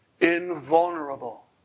invulnerable